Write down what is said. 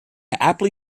aptly